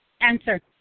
answer